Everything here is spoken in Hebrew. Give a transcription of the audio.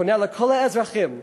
נוסף על כך אני פונה לכל האזרחים,